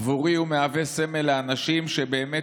בעבורי הוא מהווה סמל לאנשים שבאמת